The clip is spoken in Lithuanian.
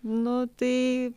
nu tai